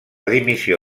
dimissió